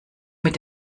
mit